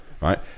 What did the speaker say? Right